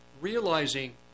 realizing